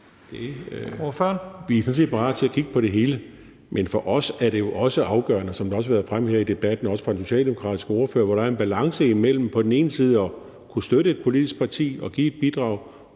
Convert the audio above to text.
Vi er sådan set parate til at kigge på det hele, men for os er det jo også afgørende, som det også har været fremme i debatten, også fra den socialdemokratiske ordførers side, at der er en balance mellem på den ene side at kunne støtte et politisk parti og give et mindre